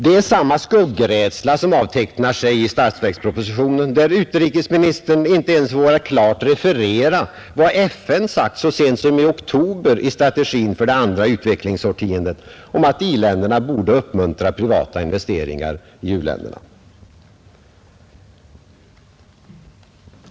Det är samma skuggrädsla som avtecknar sig i statsverkspropositionen, där utrikesministern inte ens vågar klart referera vad FN sagt så sent som i oktober i strategin för det andra utvecklingsårtiondet om att i-länderna borde uppmuntra privata investeringar i u-länderna.